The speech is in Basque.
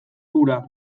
hura